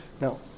Now